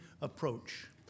approach